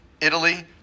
Italy